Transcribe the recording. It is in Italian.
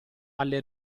alle